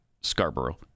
Scarborough